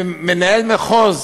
מנהל מחוז,